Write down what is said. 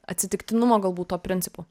atsitiktinumo galbūt tuo principu